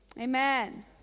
Amen